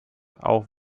auch